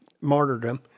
martyrdom